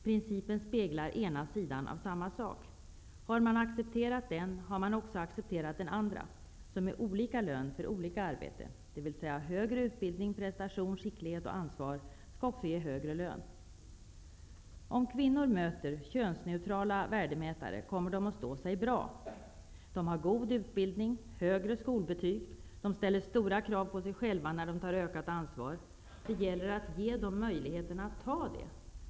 Principen speglar en sida av saken. Om man har accepterat den sidan har man också accepterat den andra -- olika lön för olika arbete. Det innebär att högre utbildning, bättre prestation, skicklighet och ansvar också skall ge högre lön. Om kvinnor möter könsneutrala värdemätare kommer de att stå sig bra. De har god utbildning, höga skolbetyg och de ställer stora krav på sig själva när de tar ökat ansvar. Det gäller att ge dem möjligheterna att göra det.